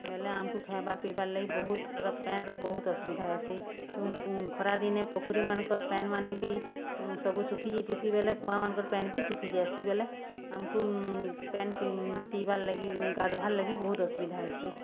ବେଲେ ଆମ୍କୁ ଖାଏବାର୍ ପିଇବାର୍ ଲାଗି ବହୁତ୍ ପୁରା ପାଏନ୍ର ବହୁତ୍ ଅସୁବିଧା ହେସି ଖରାଦିନେ ପୋଖରୀମାନଙ୍କର ପାଏନ୍ମାନେ ବି ସବୁ ଶୁଖିଯାଏସି ବେଲେ କୂଆଁମାନ୍ଙ୍କର୍ ପାଏନ୍ ବି ଶୁଖିଯାଏସି ବେଲେ ଆମ୍କୁ ପାଏନ୍ ପିଇବାର୍ ଲାଗି ଗାଧ୍ବାର୍ ଲାଗି ବହୁତ୍ ଅସୁବିଧା ହେସି